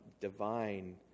divine